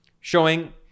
showing